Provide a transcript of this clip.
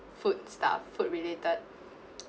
food stuff food related